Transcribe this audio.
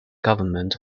government